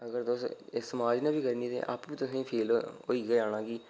अगर तुस इस समाज ने बी करनी ते आपूं तुसेंगी फील होई गै जाना कि